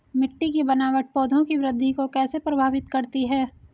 मिट्टी की बनावट पौधों की वृद्धि को कैसे प्रभावित करती है?